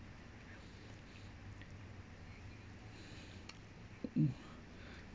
mm